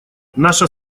наша